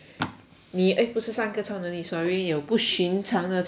你 eh 不是三个超能力 sorry 有不寻常的超能力